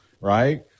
right